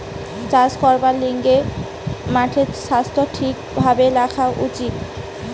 চাষ করবার লিগে মাটির স্বাস্থ্য ঠিক ভাবে রাখা হতিছে